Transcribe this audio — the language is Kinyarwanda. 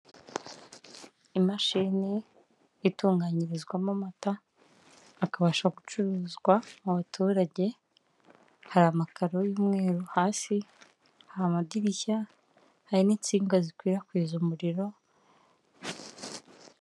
Imashini itunganyirizwamo amata akabasha gucuruzwa mu baturage, hari amakaro y'umweru hasi, hari amadirishya, hari n'insinga zikwirakwiza umuriro.